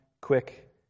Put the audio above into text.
quick